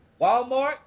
Walmart